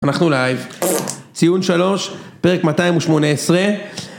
אנחנו לייב, ציון 3, פרק 218.